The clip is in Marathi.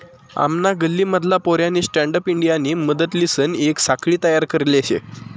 आमना गल्ली मधला पोऱ्यानी स्टँडअप इंडियानी मदतलीसन येक साखळी तयार करले शे